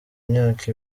imyaka